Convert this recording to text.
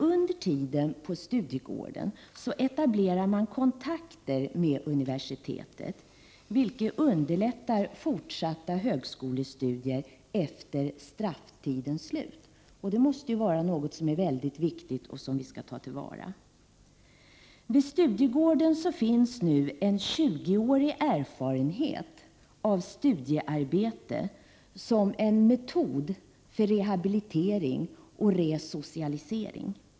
Under tiden på Studiegården etablerar man kontakter med universitetet, vilket underlättar fortsatta högskolestudier efter strafftidens slut. Det måste ju vara något som är väldigt viktigt och som vi skall ta till vara. Vid Studiegården finns nu en 20-årig erfarenhet av studiearbete som en metod för rehabilitering och resocialisering.